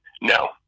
no